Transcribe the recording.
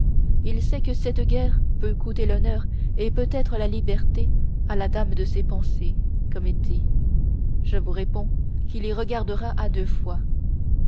s'il sait que cette guerre peut coûter l'honneur et peut-être la liberté à la dame de ses pensées comme il dit je vous réponds qu'il y regardera à deux fois